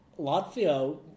Latvia